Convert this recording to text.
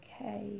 okay